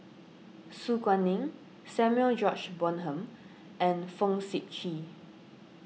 Su Guaning Samuel George Bonham and Fong Sip Chee